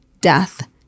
death